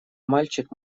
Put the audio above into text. мальчик